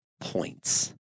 points